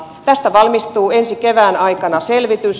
tästä valmistuu ensi kevään aikana selvitys